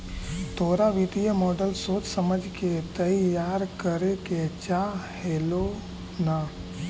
तोरा वित्तीय मॉडल सोच समझ के तईयार करे के चाह हेलो न